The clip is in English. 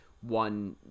one